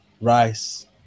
Rice